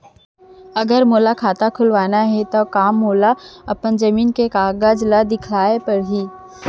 अगर मोला खाता खुलवाना हे त का मोला अपन जमीन के कागज ला दिखएल पढही?